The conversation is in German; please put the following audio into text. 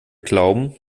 glauben